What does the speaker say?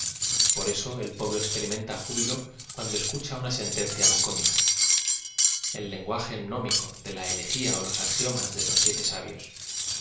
y por dso el paeblo experlmen ta júbilo cuando escucha una sentencia lacónica el lenguaje gnómico de la elegía ó los axiomas de los sie te sabios